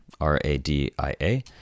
R-A-D-I-A